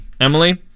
Emily